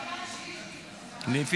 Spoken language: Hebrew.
בעד,